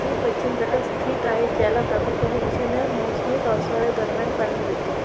हे पश्चिम घाटात स्थित आहे ज्याला प्रामुख्याने ईशान्य मोसमी पावसाळ्यादरम्यान पाणी मिळते